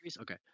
okay